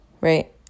right